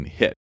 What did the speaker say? hit